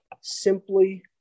simply